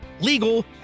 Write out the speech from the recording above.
legal